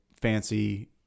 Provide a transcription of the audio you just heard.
fancy